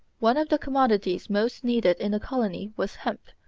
one of the commodities most needed in the colony was hemp,